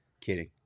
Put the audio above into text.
kidding